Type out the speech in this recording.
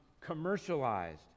commercialized